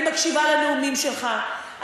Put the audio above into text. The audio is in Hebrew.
אני מקשיבה לנאומים שלך.